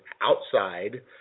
outside